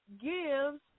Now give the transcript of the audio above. gives